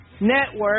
Network